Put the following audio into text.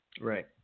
Right